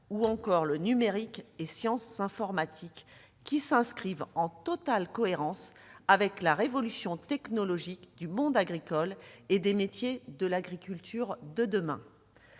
ou encore le numérique et les sciences informatiques, qui s'inscrivent en totale cohérence avec la révolution technologique du monde agricole et des métiers de l'agriculture de demain.